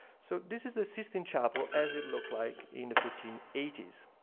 so this is the sistine chapel as it looked like in the fourteen eighty s.